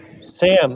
Sam